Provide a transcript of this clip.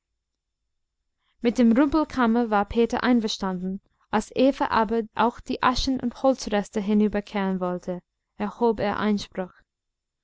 mit der rumpelkammer war peter einverstanden als eva aber auch die aschen und holzreste hinüberkehren wollte erhob er einspruch